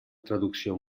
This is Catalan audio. traducció